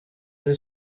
uri